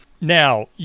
Now